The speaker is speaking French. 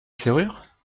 serrure